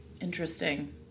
Interesting